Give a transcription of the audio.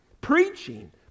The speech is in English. preaching